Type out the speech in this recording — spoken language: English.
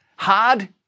Hard